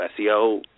SEO